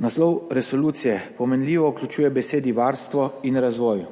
Naslov resolucije pomenljivo vključuje besedi varstvo in razvoj.